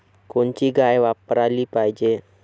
कोनची गाय वापराली पाहिजे?